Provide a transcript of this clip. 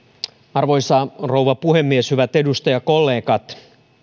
arvoisa rouva puhemies hyvät edustajakollegat